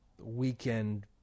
weekend